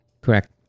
Correct